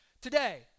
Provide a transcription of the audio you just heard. today